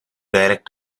dialect